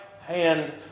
hand